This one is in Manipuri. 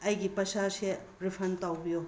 ꯑꯩꯒꯤ ꯄꯩꯁꯥꯁꯦ ꯔꯤꯐꯟ ꯇꯧꯕꯤꯌꯣ